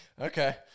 Okay